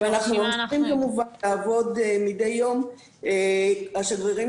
ואנחנו ממשיכים כמובן לעבוד מדי יום עם השגרירים